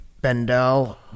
Bendel